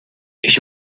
ich